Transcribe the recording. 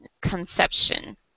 conception